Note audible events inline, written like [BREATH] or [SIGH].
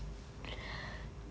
[BREATH]